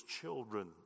children